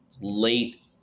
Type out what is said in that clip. late